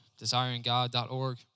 desiringGod.org